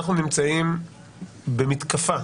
אנחנו נמצאים במתקפה